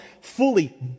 fully